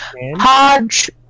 hodge